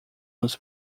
nos